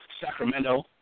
Sacramento